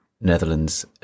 netherlands